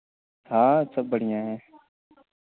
हाँ सब बढ़िया है